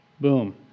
boom